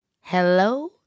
Hello